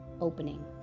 opening